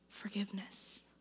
forgiveness